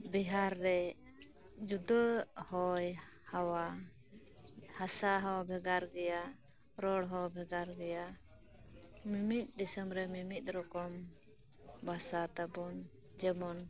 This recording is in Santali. ᱵᱤᱦᱟᱨ ᱨᱮ ᱡᱩᱫᱟᱹ ᱦᱚᱭ ᱦᱟᱣᱭᱟ ᱦᱟᱥᱟ ᱦᱚᱸ ᱵᱷᱮᱜᱟᱨ ᱜᱮᱭᱟ ᱨᱚᱲ ᱦᱚᱸ ᱵᱷᱮᱜᱟᱨ ᱜᱮᱭᱟ ᱢᱤᱢᱤᱫ ᱫᱤᱥᱚᱢ ᱨᱮ ᱢᱤᱢᱤᱫ ᱨᱚᱠᱚᱢ ᱵᱷᱟᱥᱟ ᱛᱟᱵᱚᱱ ᱡᱮᱢᱚᱱ